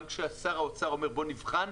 גם כששר האוצר אומר: בוא נבחן,